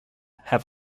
have